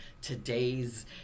today's